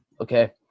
okay